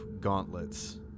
gauntlets